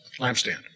lampstand